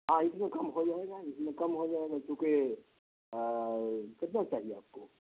ہاں اس میں کم ہو جائے گا اس میں کم ہو جائے گا چونکہ کتنا چاہیے آپ کو